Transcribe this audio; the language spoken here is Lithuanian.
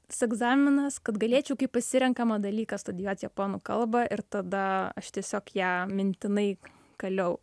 s egzaminas kad galėčiau kaip pasirenkamą dalyką studijuot japonų kalbą ir tada aš tiesiog ją mintinai kaliau